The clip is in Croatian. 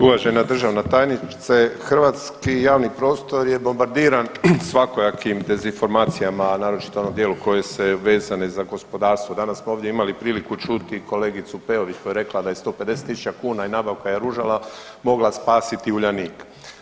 Uvažena državna tajnice, hrvatski javni prostor je bombardiran svakojakim dezinformacijama, a naročito onom dijelu koji se vezane za gospodarstvo danas smo ovdje imali priliku čuti i kolegicu Peović koja je rekla da je 150 tisuća kuna nabavka jaružala mogla spasiti Uljanik.